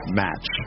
match